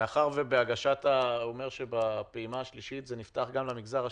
מאחר שהוא אומר שהפעימה השלישית נפתחה גם למגזר השלישי,